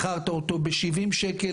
מכרת אותו ב-70 שקל,